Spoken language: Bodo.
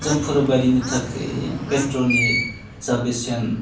जोंफोरबायदिनि थाखाय पेट्रलनि जा बेसेन